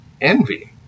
Envy